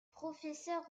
professeur